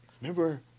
remember